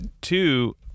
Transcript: two